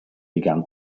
began